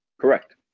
Correct